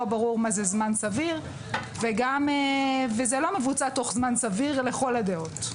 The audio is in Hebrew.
לא ברור מה זה זמן סביר וזה לא מבוצע תוך זמן סביר לכל הדעות.